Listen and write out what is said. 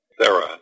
Sarah